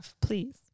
please